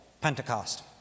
Pentecost